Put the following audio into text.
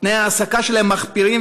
תנאי ההעסקה שלהם מחפירים,